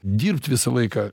dirbt visą laiką